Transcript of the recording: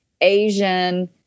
Asian